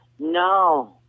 No